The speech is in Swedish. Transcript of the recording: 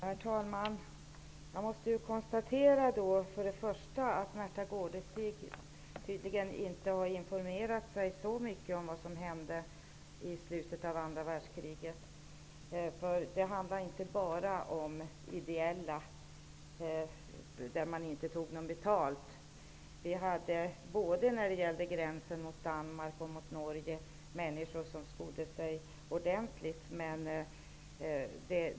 Herr talman! Jag måste konstatera att Märtha Gårdestig tydligen inte har informerat sig särskilt mycket om vad som hände i slutet av andra världskriget. Det handlade inte bara om ideell verksamhet där man inte tog betalt. Både när det gällde gränsen mot Danmark och gränsen mot Norge fanns det människor som skodde sig ordentligt.